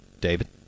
David